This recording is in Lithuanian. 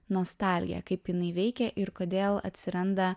nostalgiją kaip jinai veikia ir kodėl atsiranda